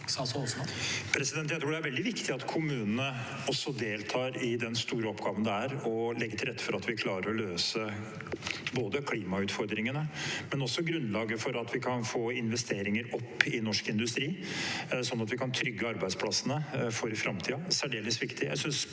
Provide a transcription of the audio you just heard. Jeg tror det er veldig viktig at kommunene også deltar i den store oppgaven det er å legge til rette for at vi klarer å løse klimautfordringene, men også grunnlaget for at vi kan få opp investeringer i norsk industri, sånn at vi kan trygge arbeidsplassene for framtiden, er særdeles viktig.